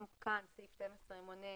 גם כאן סעיף 12 מונה